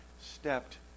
stepped